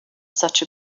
such